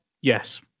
Yes